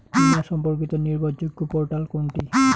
বীমা সম্পর্কিত নির্ভরযোগ্য পোর্টাল কোনটি?